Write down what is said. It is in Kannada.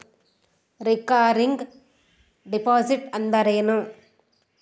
ರಿಕರಿಂಗ್ ಡಿಪಾಸಿಟ್ ಅಂದರೇನು?